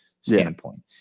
standpoint